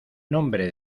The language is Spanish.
nombre